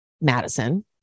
Madison